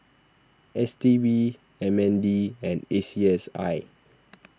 S T B M N D and A C S I